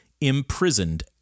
imprisoned